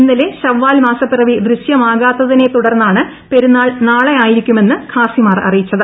ഇന്നലെ ശവ്വാൽ മാസപ്പിറവി ദൃശ്യമാകാത്തിനെ തുടർന്നാണ് പെരുനാൾ നാളെയായിരിക്കുമെന്ന് ഖാസിമാർ അറിയിച്ചത്